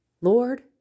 Lord